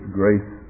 grace